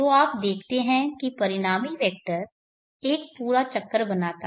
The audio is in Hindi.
तो आप देखते हैं कि परिणामी वेक्टर एक पूरा चक्कर बनाता है